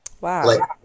Wow